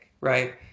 right